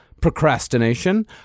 procrastination